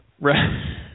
Right